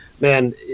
man